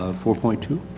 ah four point two.